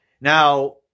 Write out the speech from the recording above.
Now